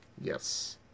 Yes